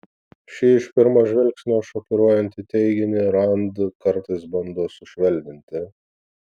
šį iš pirmo žvilgsnio šokiruojantį teiginį rand kartais bando sušvelninti